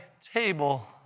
table